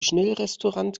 schnellrestaurant